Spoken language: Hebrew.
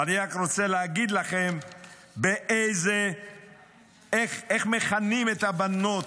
אני רק רוצה להגיד לכם איך מכנים את הבנות,